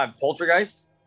Poltergeist